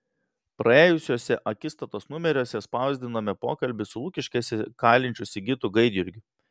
praėjusiuose akistatos numeriuose spausdinome pokalbį su lukiškėse kalinčiu sigitu gaidjurgiu